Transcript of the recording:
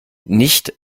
nicht